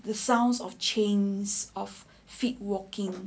the sounds of chains of feet walking